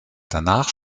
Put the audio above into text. danach